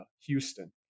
Houston